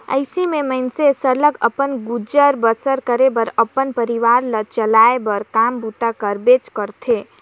अइसे में मइनसे सरलग अपन गुजर बसर करे बर अपन परिवार ल चलाए बर काम बूता करबे करथे